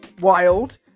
Wild